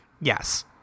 Yes